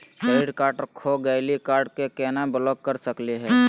Credit card खो गैली, card क केना ब्लॉक कर सकली हे?